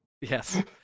yes